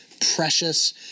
precious